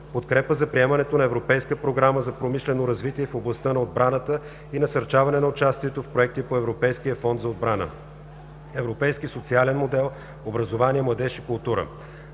подкрепа за приемането на Европейска програма за промишлено развитие в областта на отбраната и насърчаване на участието в проекти по Европейския фонд за отбрана. 2.3. Европейският социален модел. Образование, младеж и култура